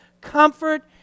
comfort